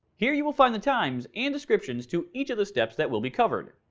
here you will find the times and descriptions to each of the steps that will be covered.